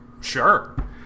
sure